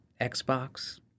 Xbox